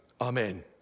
amen